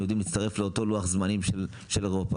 יודעים להצטרף לאותו לוח זמנים של אירופה?